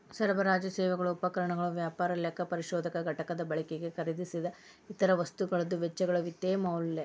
ಸರಬರಾಜು ಸೇವೆಗಳು ಉಪಕರಣಗಳು ವ್ಯಾಪಾರ ಲೆಕ್ಕಪರಿಶೋಧಕ ಘಟಕದ ಬಳಕಿಗೆ ಖರೇದಿಸಿದ್ ಇತರ ವಸ್ತುಗಳದ್ದು ವೆಚ್ಚಗಳ ವಿತ್ತೇಯ ಮೌಲ್ಯ